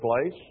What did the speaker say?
place